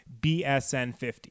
BSN50